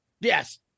Yes